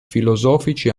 filosofici